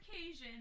occasion